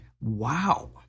wow